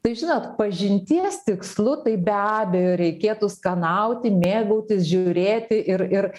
tai žinot pažinties tikslu tai be abejo reikėtų skanauti mėgautis žiūrėti ir ir